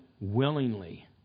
willingly